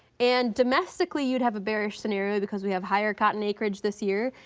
and domestically you'd have a bearish scenario because we have higher cotton acreage this year.